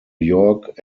york